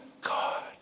God